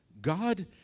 God